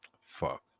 fuck